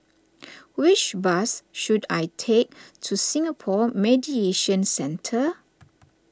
which bus should I take to Singapore Mediation Centre